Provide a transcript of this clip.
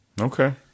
Okay